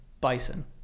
bison